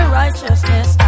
righteousness